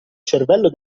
cervello